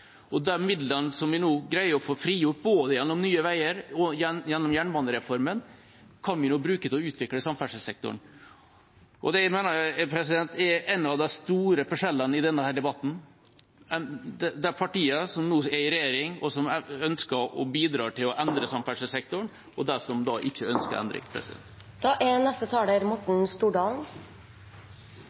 og sørge for å organisere oss annerledes. Og de midlene vi nå greier å få frigjort, både gjennom Nye veier og gjennom jernbanereformen, kan vi bruke til å utvikle samferdselssektoren. Det mener jeg er en av de store forskjellene i denne debatten – mellom de partiene som nå er i regjering og ønsker å bidra til å endre samferdselssektoren, og de som ikke ønsker endring.